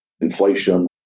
inflation